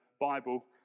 Bible